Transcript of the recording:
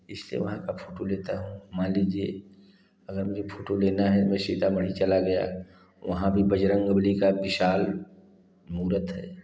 इसके वहाँ की फोटू लेता हूँ मान लीजिए अगर मुझे फोटू लेना है मैं सीतामढी चला गया वहाँ भी बजरंग बलि की विशाल मूरत है